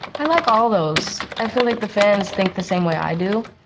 i like all those. i feel like the fans think the same way i do.